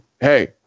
hey